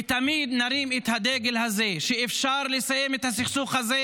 ותמיד נרים את הדגל הזה שאפשר לסיים את הסכסוך הזה,